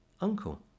uncle